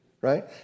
right